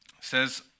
says